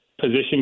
position